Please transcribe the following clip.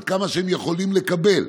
המספר, עד כמה שהם יכולים לקבל.